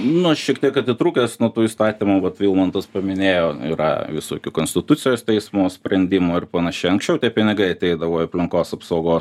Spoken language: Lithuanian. na aš šiek tiek atitrūkęs nuo tų įstatymų vat vilmantas paminėjo yra visokių konstitucijos teismo sprendimų ir panašiai anksčiau tie pinigai ateidavo į aplinkos apsaugos